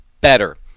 better